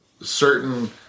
certain